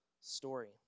story